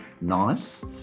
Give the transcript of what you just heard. nice